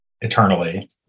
eternally